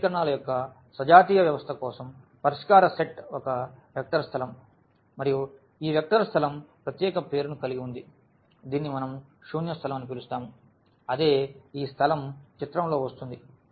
కాబట్టి సమీకరణాల యొక్క సజాతీయ వ్యవస్థ కోసం పరిష్కార సెట్ ఒక వెక్టర్ స్థలం మరియు ఈ వెక్టర్ స్థలం ప్రత్యేక పేరును కలిగి ఉంది దీనిని మనం శూన్య స్థలం అని పిలుస్తాము అదే ఈ స్థలం చిత్రంలో వస్తుంది